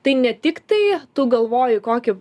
tai ne tik tai tu galvoji kokį